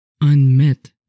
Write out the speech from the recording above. unmet